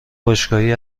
باشگاهی